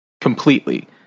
completely